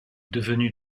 devenu